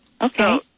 Okay